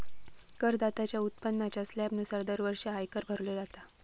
करदात्याच्या उत्पन्नाच्या स्लॅबनुसार दरवर्षी आयकर भरलो जाता